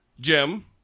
Jim